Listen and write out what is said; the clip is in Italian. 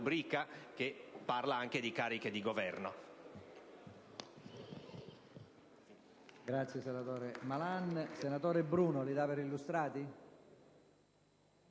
che parla anche di cariche di governo.